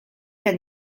hain